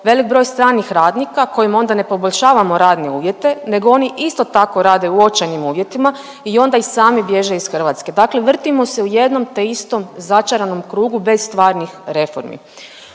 velik broj stranih radnika kojima onda ne poboljšavamo radne uvjete nego oni isto tako rade u očajnim uvjetima i onda i sami bježe iz Hrvatske. Dakle, vrtimo se u jednom te istom začaranom krugu bez stvarnih reformi.